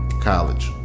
College